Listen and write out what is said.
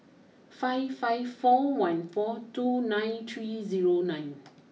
five five four one four two nine three zero nine